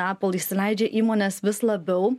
apple įsileidžia įmonės vis labiau